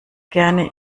gern